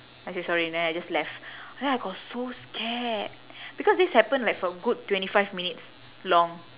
I said sorry and then I just left then I got so scared because this happened like for a good twenty five minutes long